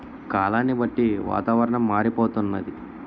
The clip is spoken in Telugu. కాలాన్ని బట్టి వాతావరణం మారిపోతన్నాది